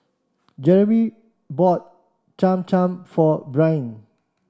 Jeremey bought Cham Cham for Brynn